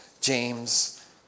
James